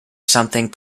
something